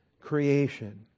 creation